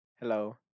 hello